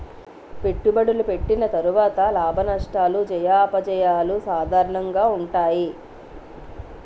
పెట్టుబడులు పెట్టిన తర్వాత లాభనష్టాలు జయాపజయాలు సాధారణంగా ఉంటాయి